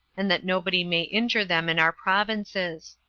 and that nobody may injure them in our provinces.